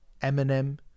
Eminem